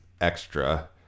extra